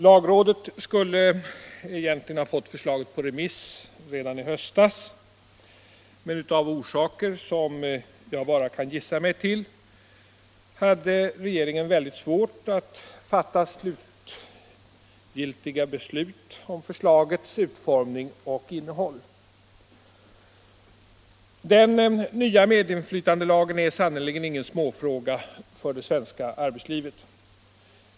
Lagrådet skulle egentligen ha fått förslaget på remiss redan i höstas, men av orsaker som jag bara kan gissa mig till hade regeringen väldigt svårt att fatta slutgiltiga beslut om förslagets utformning och innehåll. Den nya medinflytandelagen är sannerligen ingen småfråga för det svenska arbetslivet.